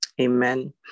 Amen